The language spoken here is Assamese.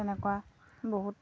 তেনেকুৱা বহুত